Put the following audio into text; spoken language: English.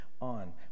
on